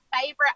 favorite